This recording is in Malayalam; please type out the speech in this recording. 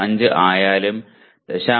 5 ആയാലും 0